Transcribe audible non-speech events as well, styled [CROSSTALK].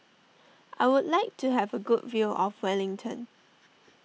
[NOISE] I would like to have a good view of Wellington